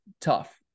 tough